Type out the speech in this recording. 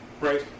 Right